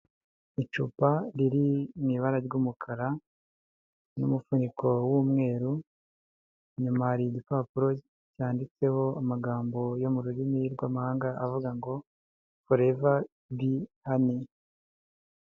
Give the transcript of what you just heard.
Icupa riri mu ibara ry'umukara n'umufuniko w'umweru, inyuma hari igipapuro cyanditseho amagambo yo mu rurimi rw'amahanga, avuga ngo Forever bee honey.